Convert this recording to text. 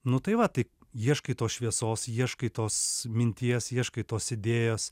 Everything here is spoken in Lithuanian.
nu tai va tai ieškai tos šviesos ieškai tos minties ieškai tos idėjos